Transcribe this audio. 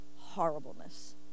horribleness